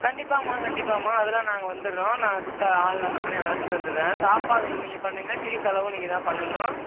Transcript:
கண்டிப்பாகம்மா கண்டிப்பாகம்மா அதெல்லாம் நாங்கள் வந்துவிறோம் நாங்கள் சித்தாள் ஆள்லாம் நானே அழைச்சிட்டு வந்துடுறேன் சாப்பாடு நீங்கள் பண்ணுங்கள் டீ செலவும் நீங்கள் தான் பண்ணனும்